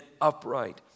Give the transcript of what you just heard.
upright